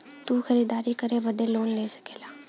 तू खरीदारी करे बदे लोन ले सकला